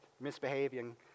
misbehaving